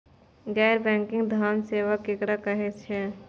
गैर बैंकिंग धान सेवा केकरा कहे छे?